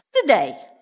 today